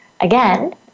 again